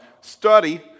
study